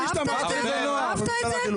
אהבת את החוק הזה?